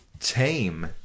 tame